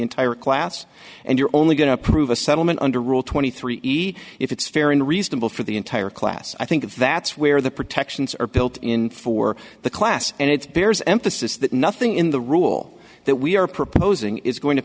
entire class and you're only going to approve a settlement under rule twenty three if it's fair and reasonable for the entire class i think that's where the protections are built in for the class and its peers emphasis that nothing in the rule that we are proposing is going to